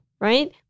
right